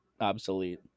obsolete